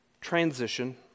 transition